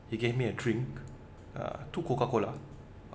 he gave me a drink uh two coca cola